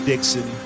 Dixon